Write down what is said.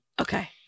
Okay